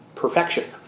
perfection